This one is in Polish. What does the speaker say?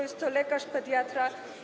Jest to lekarz pediatra.